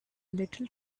little